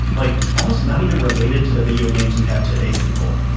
like almost not even related to the video games we have today simple.